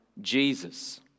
Jesus